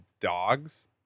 dogs